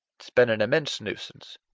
it has been an immense nuisance.